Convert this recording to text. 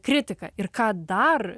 kritika ir ką dar